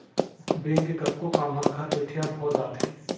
bank के कतको काम हर घर बइठे अब हो जाथे